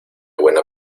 buena